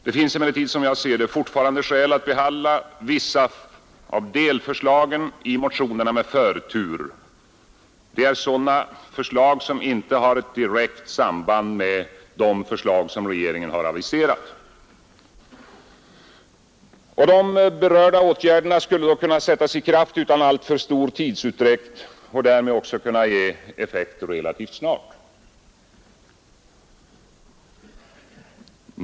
Det finns emellertid som jag ser saken fortfarande skäl att behandla vissa av delförslagen i motionerna med förtur. Det är sådana förslag som inte har något samband med de förslag regeringen har aviserat. De berörda åtgärderna skulle då kunna sättas i kraft utan alltför stor tidsutdräkt och därmed också kunna ge effekt relativt snart.